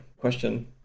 question